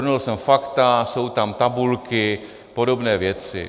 Shrnul jsem fakta, jsou tam tabulky a podobné věci.